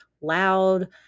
loud